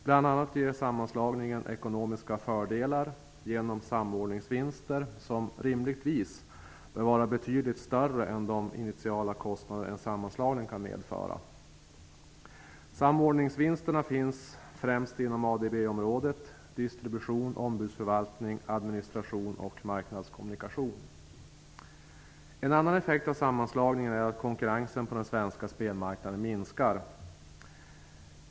Bl.a. ger en sammanslagning ekonomiska fördelar genom samordningsvinster som rimligtvis bör vara betydligt större än de initiala kostnader som en sammanslagning kan medföra. Samordningsvinsterna finns främst inom ADB-området, distribution, ombudsförvaltning, administration och marknadskommunikation. En annan effekt av sammanslagningen är att konkurrensen på den svenska spelmarknaden minskar.